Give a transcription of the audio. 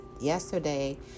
yesterday